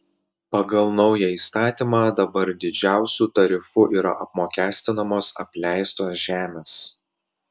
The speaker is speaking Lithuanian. pagal naują įstatymą dabar didžiausiu tarifu yra apmokestinamos apleistos žemės